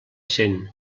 cent